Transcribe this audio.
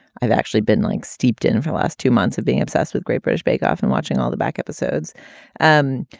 i've actually been like steeped in her last two months of being obsessed with great british bake off and watching all the back episodes um